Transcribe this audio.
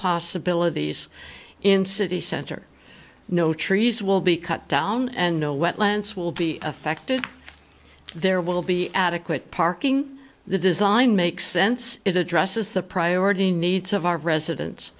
possibilities in city center no trees will be cut down and no wetlands will be affected there will be adequate parking the design makes sense it addresses the priority needs of our resident